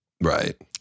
Right